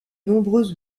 nombreux